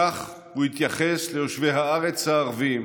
כך הוא התייחס ליושבי הארץ הערבים